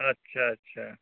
अच्छा अच्छा